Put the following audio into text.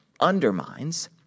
undermines